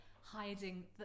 hiding